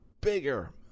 bigger